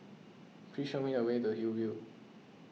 please show me the way Hillview